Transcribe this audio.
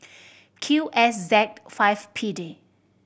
Q S Z five P D